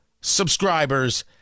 subscribers